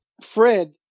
Fred